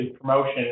promotion